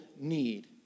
need